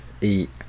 Eat